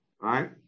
right